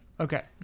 Okay